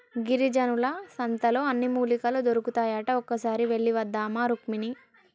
గిరిజనుల సంతలో అన్ని మూలికలు దొరుకుతాయట ఒక్కసారి వెళ్ళివద్దామా రుక్మిణి